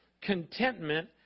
contentment